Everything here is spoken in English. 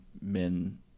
men